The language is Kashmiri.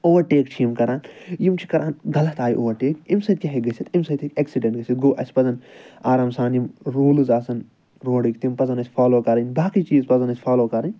اوٚورٹیک چھِ یِم کران یِم چھِ کران غلط آیہِ اوٚورٹیک اَمہِ سۭتۍ کیٛاہ ہیٚکہِ گٔژھِتھ اَمہِ سۭتۍ ہیٚکہِ ایٚکسِڈیٚنٛٹ گٔژھِتھ گوٚو اسہِ پَزَن آرام سان یِم روٗلٕز آسَن روڈٕکۍ تِم پَزَن اسہِ فالوٚو کَرٕنۍ باقٕے چیٖز پَزَن اسہِ فالوٚو کَرٕنۍ